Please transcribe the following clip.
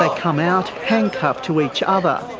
like come out handcuffed to each other.